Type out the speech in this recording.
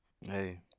Hey